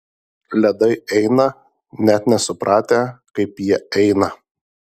ledai eina net nesupratę kaip jie eina